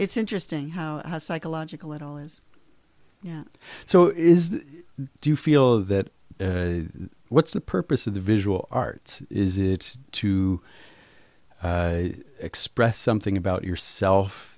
it's interesting how psychological it all is yet so is do you feel that what's the purpose of the visual arts is it to express something about yourself